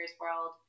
world